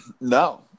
No